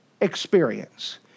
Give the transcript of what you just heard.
experience